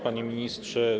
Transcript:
Panie Ministrze!